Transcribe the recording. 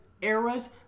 eras